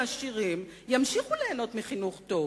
ולעשירים ימשיכו ליהנות מחינוך טוב,